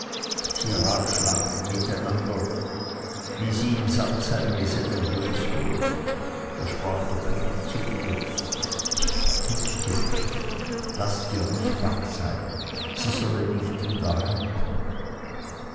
ratschlagten miteinander wie sie ihn samt seinen gesellen los würden da sprach der könig zu ihr ich habe ein mittel gefunden laß dir nicht bang sein sie sollen nicht wieder